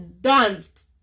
danced